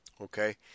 Okay